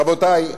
רבותי,